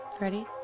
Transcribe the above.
Ready